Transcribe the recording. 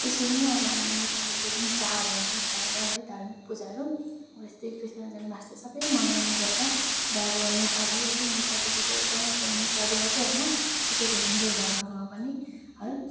यसरी नै अब हाम्रो नेपालीहरूको जुन चाड हुन्छ चाडबाड है धार्मिक पूजाहरू यस्तै कृष्ण जन्म अष्टमी सबै मनाइने गर्छ र अब नेपाली है नेपालीको चाहिँ नेपाली मा्त्रै हिन्दू धर्ममा पनि है